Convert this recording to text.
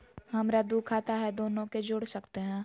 हमरा दू खाता हय, दोनो के जोड़ सकते है?